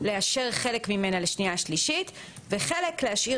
לאשר חלק ממנה לקריאה שנייה ושלישית וחלק להשאיר